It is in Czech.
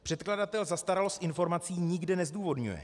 Předkladatel zastaralost informací nikde nezdůvodňuje.